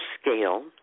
scale